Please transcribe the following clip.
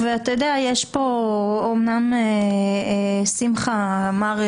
אמנם שמחה אמר,